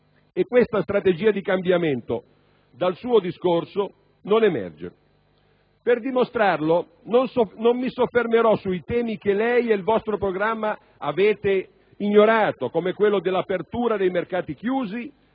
E questa strategia di cambiamento, dal suo discorso, non emerge. Per dimostrarlo, non mi soffermerò sui temi che lei e il vostro programma avete ignorato, come quello dell'apertura dei mercati chiusi